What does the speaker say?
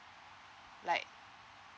like